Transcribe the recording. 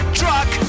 truck